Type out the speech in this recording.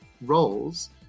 roles